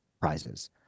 prizes